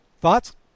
Thoughts